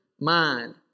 mind